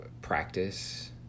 practice